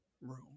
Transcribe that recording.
room